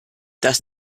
dass